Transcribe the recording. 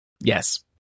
Yes